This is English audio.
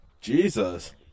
Jesus